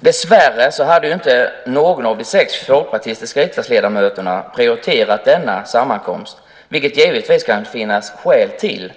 Dessvärre hade inte någon av de sex folkpartistiska riksdagsledamöterna prioriterat denna sammankomst, vilket det givetvis kan finnas skäl till.